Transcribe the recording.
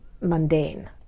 mundane